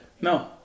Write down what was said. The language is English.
No